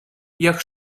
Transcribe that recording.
jak